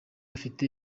afite